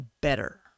better